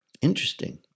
Interesting